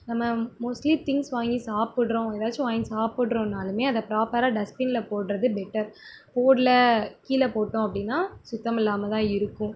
நம்ம mostly things வாங்கி சாப்பிட்றோம் ஏதாச்சும் வாங்கி சாப்பிட்றோன்னாலுமே அதை ப்ராப்பராக டஸ்ட்பினில் போடுறது பெட்டர் போடல கீழே போட்டோம் அப்படின்னா சுத்தம் இல்லாமல்தான் இருக்கும்